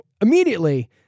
immediately